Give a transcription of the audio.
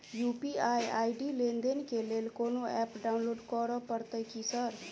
UPI ID लेनदेन केँ लेल कोनो ऐप डाउनलोड करऽ पड़तय की सर?